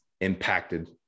impacted